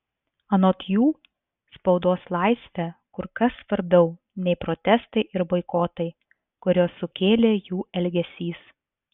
anot jų spaudos laisvė kur kas svarbiau nei protestai ir boikotai kuriuos sukėlė jų elgesys